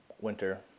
winter